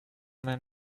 man